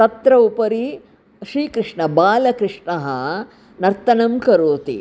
तत्र उपरि श्रीकृष्णः बालकृष्णः नर्तनं करोति